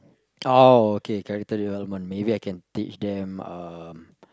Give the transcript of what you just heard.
oh okay character development maybe I can teach them um